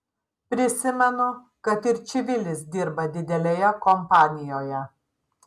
prisimenu kad ir čivilis dirba didelėje kompanijoje